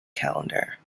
calendar